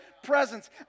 Presence